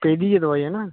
पेदी ऐ दोआई ऐ ना